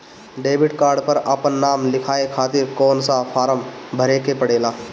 Debit card पर आपन नाम लिखाये खातिर कौन सा फारम भरे के पड़ेला?